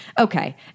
Okay